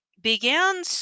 began